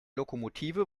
lokomotive